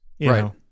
Right